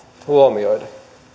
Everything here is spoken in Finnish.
huomioida